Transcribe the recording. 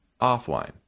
offline